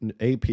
AP